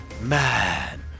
man